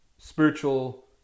spiritual